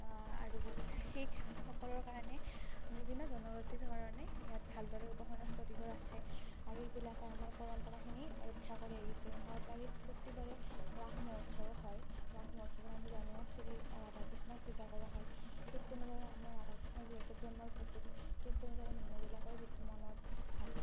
আৰু শিখসকলৰ কাৰণে বিভিন্ন জনজাতিৰ কাৰণে ইয়াত ভালদৰে উপাসনাস্থলীবোৰ আছে আৰু এইবিলাকে আমাৰ পৰম্পৰাখিনি ৰক্ষা কৰি আহিছে নলবাৰীত প্ৰতিবাৰে ৰাস মহোৎসৱ হয় ৰাস মহোৎসৱত আমি জানো শ্ৰী ৰাধা কৃষ্ণক পূজা কৰা হয় ঠিক তেনেদৰে আমাৰ ৰাধা কৃষ্ণ যিহেতু প্ৰেমৰ প্ৰতীক ঠিক তেনেদৰে মানুহবিলাকৰ মনত ভাতৃত্ব